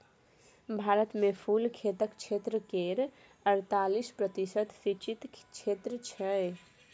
भारत मे कुल खेतक क्षेत्र केर अड़तालीस प्रतिशत सिंचित क्षेत्र छै